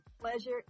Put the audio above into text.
pleasure